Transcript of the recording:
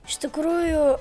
iš tikrųjų